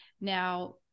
now